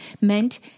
meant